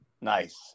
Nice